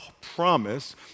promise